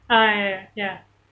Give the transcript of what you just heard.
ah ya ya